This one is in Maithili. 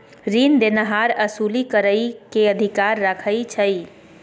रीन देनहार असूली करइ के अधिकार राखइ छइ